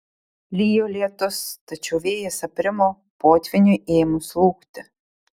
lijo lietus tačiau vėjas aprimo potvyniui ėmus slūgti